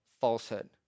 falsehood